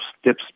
steps